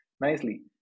nicely